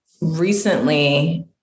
recently